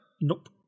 Nope